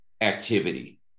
activity